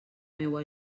meua